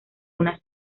unas